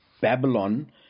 Babylon